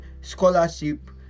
Scholarship